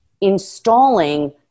installing